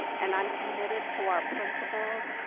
and i am committed to our principals,